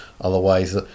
Otherwise